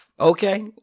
Okay